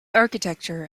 architecture